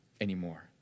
anymore